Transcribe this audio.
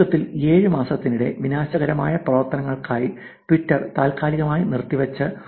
ചുരുക്കത്തിൽ 7 മാസത്തിനിടെ വിനാശകരമായ പ്രവർത്തനങ്ങൾക്കായി ട്വിറ്റർ താൽക്കാലികമായി നിർത്തിവച്ച 1